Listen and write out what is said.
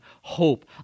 hope